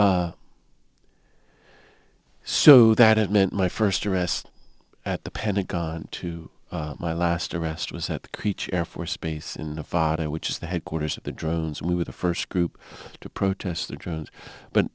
so that it meant my first arrest at the pentagon to my last arrest was at creech air force base in nevada which is the headquarters of the drones and we were the first group to protest the drones but